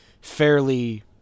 fairly